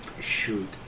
Shoot